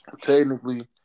technically